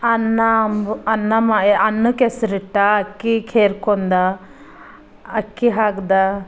ಅನ್ನ ಬ್ ಅನ್ನ ಮಾ ಅನ್ನಕ್ಕೆ ಹೆಸ್ರಿಟ್ಟ ಅಕ್ಕಿ ಕೇರ್ಕೊಂಡು ಅಕ್ಕಿ ಹಾಕ್ದೆ